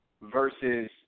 Versus